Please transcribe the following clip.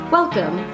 Welcome